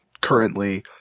currently